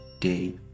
day